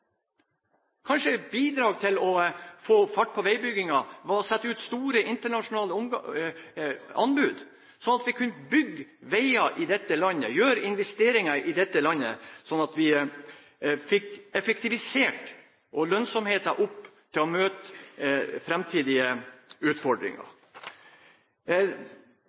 Kanskje et bidrag for å få fart på veibyggingen var å sette ut store internasjonale anbud, sånn at vi kunne bygge veier i dette landet, gjøre investeringer, sånn at vi fikk effektivisert og fikk lønnsomheten opp til å møte framtidige utfordringer.